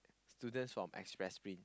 students from express stream